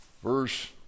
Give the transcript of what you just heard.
Verse